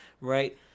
right